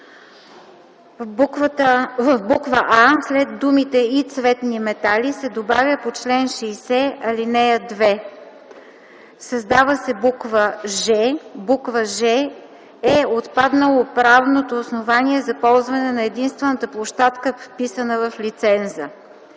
в буква „а” след думите „и цветни метали” се добавя „по чл. 60, ал. 2”; бб) създава се буква „ж”: „ж) е отпаднало правното основание за ползване на единствената площадка, вписана в лиценза”;